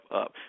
up